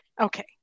Okay